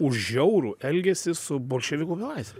už žiaurų elgesį su bolševikų belaisviais